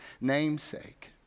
namesake